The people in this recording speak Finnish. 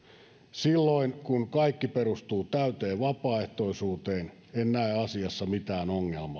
silloin kun kaikki perustuu täyteen vapaaehtoisuuteen en näe asiassa mitään ongelmaa